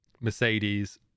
mercedes